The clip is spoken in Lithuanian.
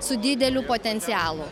su dideliu potencialu